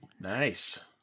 Nice